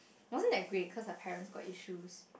wasn't that great cause her parents got issues